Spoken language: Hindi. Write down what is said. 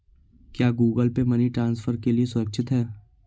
क्या गूगल पे मनी ट्रांसफर के लिए सुरक्षित है?